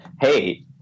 hey